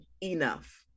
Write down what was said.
enough